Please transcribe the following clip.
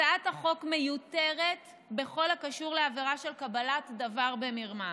הצעת החוק מיותרת בכל הקשור לעבירה של קבלת דבר במרמה.